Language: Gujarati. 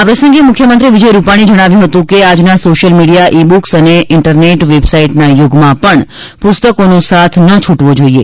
આ પ્રસંગે મુખ્યમંત્રી વિજય રૂપાણીએ જણાવ્યું હતું કે આજના સોશિયલ મીડિયા ઇ બુક્સ અને ઇન્ટરનેટ વેબસાઇટના યુગમાં પણ પુસ્તકોનો સાથ ન છૂટવો જોઈએ